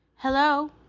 Hello